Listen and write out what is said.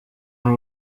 yari